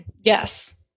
Yes